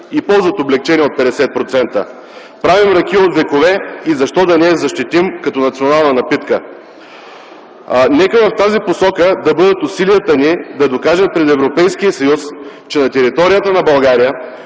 и ползват облекчение от 50%. Правим ракия от векове и защо да не я защитим като национална напитка?! Нека в тази посока бъдат усилията ни да докажем пред Европейския съюз, че на територията на България